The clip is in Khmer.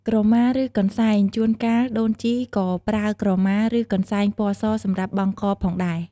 ក្រមាឬកន្សែងជួនកាលដូនជីក៏ប្រើក្រមា ឬកន្សែងពណ៌សសម្រាប់បង់កផងដែរ។